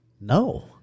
No